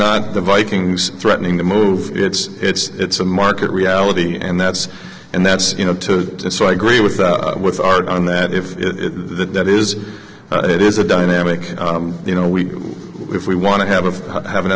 not the vikings threatening to move it's it's a market reality and that's and that's you know to so i agree with with art on that if there is it is a dynamic you know we if we want to have a have an